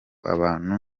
abantu